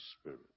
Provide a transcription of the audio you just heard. Spirit